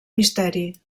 misteri